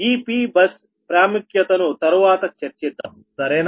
ఈ Pబస్ ప్రాముఖ్యతను తరువాత చర్చిద్దాం సరేనా